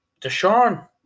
Deshaun